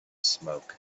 smoke